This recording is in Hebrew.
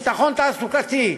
ביטחון תעסוקתי.